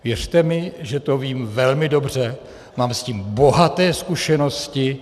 Věřte mi, že to vím velmi dobře, mám s tím bohaté zkušenosti.